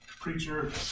preacher